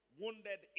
wounded